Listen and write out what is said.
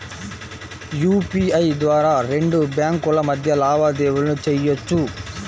UPI ద్వారా రెండు బ్యేంకుల మధ్య లావాదేవీలను చెయ్యొచ్చు